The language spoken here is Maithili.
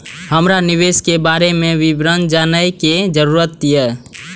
हमरा निवेश के बारे में विवरण जानय के जरुरत ये?